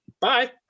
Bye